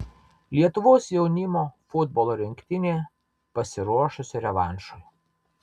lietuvos jaunimo futbolo rinktinė pasiruošusi revanšui